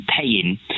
paying